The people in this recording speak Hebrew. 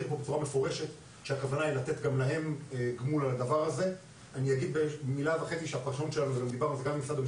ישראל (גמול והחזר הוצאות לנציגי ציבור